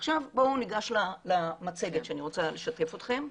עכשיו, בואו ניגש למצגת שאני רוצה לשתף אתכם.